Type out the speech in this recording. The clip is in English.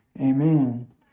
Amen